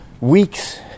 weeks